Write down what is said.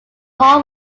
hall